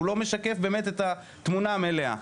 הוא לא משקף באמת את התמונה המלאה.